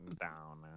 Down